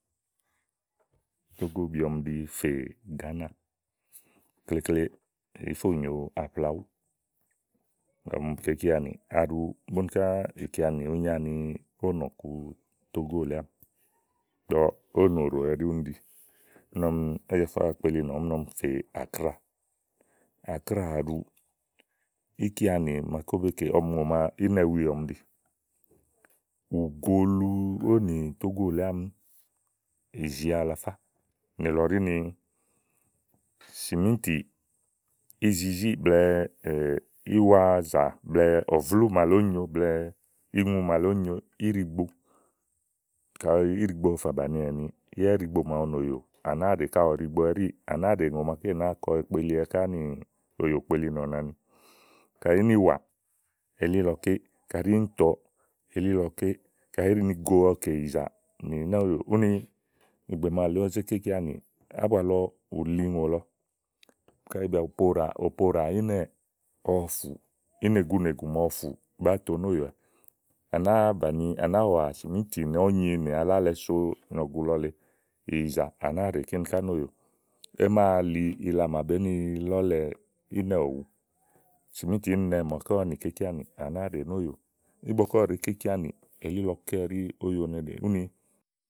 Tógó bi ɔmi ɖi fè Gàánà klekle, ìí fo nyòo Aflawuú ɔmi kè ikeanì, aɖu búni ká íkeanì ìí nyi ani ówò nɔ̀ku Tógó lèe ámi, ìgbɔ ówò nòɖe ɛɖi úni úni ɔmi Áj́afá kpeli nìɔ̀mi, úni ɔmi fè Ákráà. Ákráà aɖu íkeanì màaké òwó be kè aɖu. ɔmi ùŋò ma, ínɛ wúí ɔmi ɖi. ù go ulu ówò nì ógó lèe ámi ìzì alafá nì lɔ ɖí ni sìmítì izizí blɛ̀ɛ íwazà blɛ̀ɛ ɔ̀vlú màa lèe úni nyo blɛ̀ɛ iŋu màa lèe íɖigbo, kayi íɖigbo ɔwɔ fà bàni ɛnii yá íɖigbo màawu nòyò à nàáa ɖè kayi ɔwɔ ɖìigbo ɛɖíì, à nàáa ɖè ùŋò màaké nàáa kɔ ekpeliwɛ ká nòyò kpelinì ɔ̀nani. kayi ìnì wàà elílɔké. kaɖi íìntɔ elílɔké. kayi ínigo ɔwɔ kè ìyizá nì nóòyò úni ìgbè màa lèe ówo zé ke íkeanìì ábua lɔ, ù li ùŋò lɔ kaɖi bìà bú poùɖà, kaɖi ò po ùɖà ínɛ̀ ɔwɔ fù, ínegunègù màa ɔwɔ fù bàáa to nóòyò wɛ à nàáa wà sìmítì nɔ̀ɔ́ nyi nàa lálɛ so ìnɔ̀gù lɔ lèe ìyì zà à nàáa ɖè kíni ká nòyò é màa li ila màa bèé ni la ínɛ̀ òwu. sìmítì íìnnɛ màa ɔwɔ nì kè íkeanì à nàáa ɖè nóòyò, ígbɔké ɔwɔ ɖèé ke íkeanì elílɔké ɛɖí óyo lɔ nyi úni.